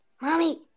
Mommy